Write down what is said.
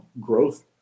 growth